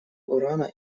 урана